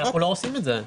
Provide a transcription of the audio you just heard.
כי אנחנו לא עושים את זה.